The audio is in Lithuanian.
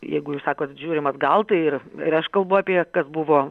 jeigu jūs sakot žiūrim atgal tai ir ir aš kalbu apie kas buvo